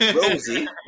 Rosie